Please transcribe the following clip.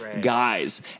guys